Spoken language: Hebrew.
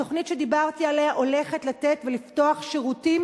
התוכנית שדיברתי עליה הולכת לפתוח שירותים